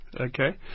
Okay